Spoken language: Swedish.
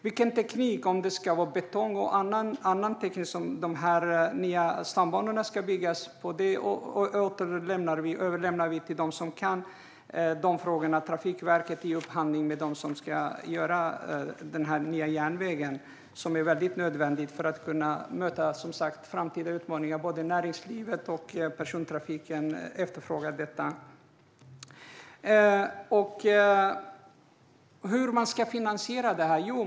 Vilken teknik som de nya stambanorna ska byggas på - betong eller med hjälp av annan teknik - överlämnar vi till dem som kan de frågorna, till exempel Trafikverket, att besluta om i upphandlingar med dem som ska bygga den nya järnvägen. Den är som sagt nödvändig för att vi ska kunna möta framtida utmaningar. Och både näringslivet och persontrafiken efterfrågar detta. Hur ska man finansiera detta?